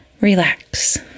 relax